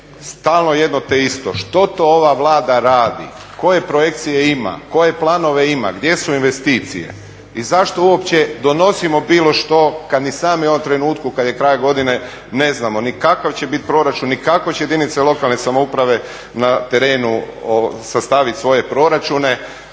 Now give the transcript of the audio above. stalno jedno te isto, što to ova Vlada radi, koje projekcije ima, koje planove ima, gdje su investicije? I zašto uopće donosimo bilo što kad ni sami u ovom trenutku kad je kraj godine ne znamo ni kakav će biti proračun, ni kako će jedinice lokalne samouprave na terenu sastaviti svoje proračune.